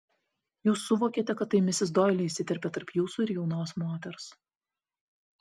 jūs suvokėte kad tai misis doili įsiterpė tarp jūsų ir jaunos moters